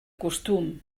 costum